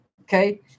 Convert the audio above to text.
okay